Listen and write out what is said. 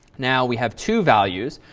now we have two values.